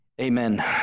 Amen